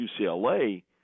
UCLA